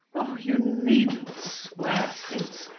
oh! you needn't swear, prince,